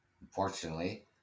Unfortunately